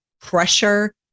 pressure